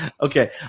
okay